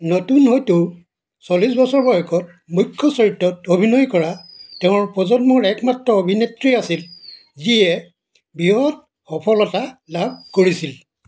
নতুন হয়তো চল্লিছ বছৰ বয়সত মুখ্য চৰিত্ৰত অভিনয় কৰা তেওঁৰ প্ৰজন্মৰ একমাত্ৰ অভিনেত্ৰী আছিল যিয়ে বৃহৎ সফলতা লাভ কৰিছিল